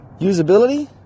usability